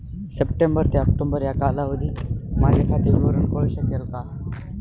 September ते October या कालावधीतील माझे खाते विवरण कळू शकेल का?